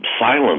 silence